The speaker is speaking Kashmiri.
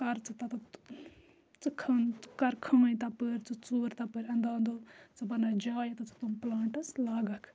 کَر ژٕ تَتَتھ ژٕ کھَن ژٕ کَر کھٲنۍ تَپٲرۍ ژٕ ژوٗر تَپٲرۍ اَندو اںدو ژٕ بَناو جاے یَتَتھ ژٕ تِم پٕلانٛٹٕس لاگَکھ